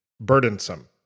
burdensome